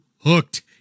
hooked